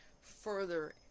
further